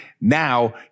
Now